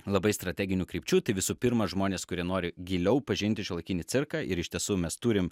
labai strateginių krypčių tai visų pirma žmonės kurie nori giliau pažinti šiuolaikinį cirką ir iš tiesų mes turim